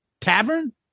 Tavern